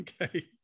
Okay